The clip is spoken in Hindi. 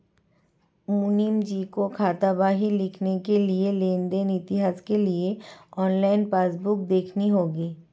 मुनीमजी को खातावाही लिखने के लिए लेन देन इतिहास के लिए ऑनलाइन पासबुक देखनी होगी